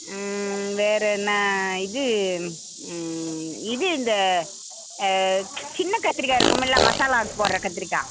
வேற என்ன இது இது இந்த சின்னக் கத்திரிக்கா இருக்குமுல்ல மசாலாக்கு போட்ற கத்திரிக்கா